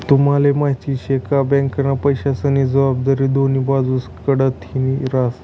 तुम्हले माहिती शे का? बँकना पैसास्नी जबाबदारी दोन्ही बाजूस कडथीन हास